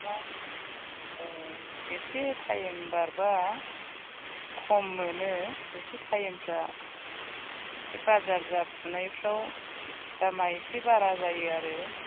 औ एसे टाइम बारबा खम मोनो एसे थाइमफ्रा बे बाजार जाफुनायफ्राव दामआ एसे बारा जायो आरो